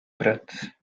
bread